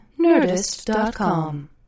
Nerdist.com